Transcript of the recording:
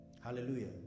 Hallelujah